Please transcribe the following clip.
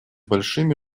большими